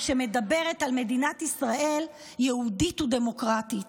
שמדברת על מדינת ישראל יהודית ודמוקרטית.